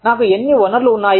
నాకు ఎన్ని వనరులు ఉన్నాయి